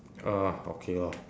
uh okay lor